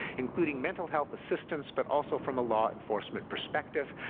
including mental health assistance, but also from a law enforcement perspective.